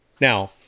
Now